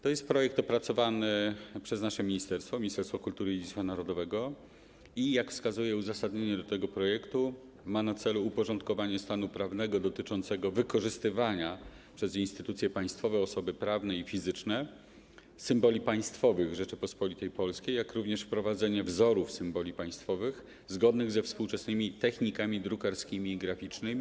To jest projekt opracowany przez nasze ministerstwo, Ministerstwo Kultury i Dziedzictwa Narodowego, i jak wskazuje uzasadnienie do tego projektu, ma na celu uporządkowanie stanu prawnego dotyczącego wykorzystywania przez instytucje państwowe, osoby prawne i fizyczne symboli państwowych Rzeczypospolitej Polskiej, jak również wprowadzenie wzorów symboli państwowych zgodnych ze współczesnymi technikami drukarskimi i graficznymi.